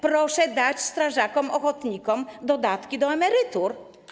Proszę dać strażakom ochotnikom dodatki do emerytur.